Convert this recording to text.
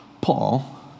Paul